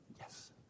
Yes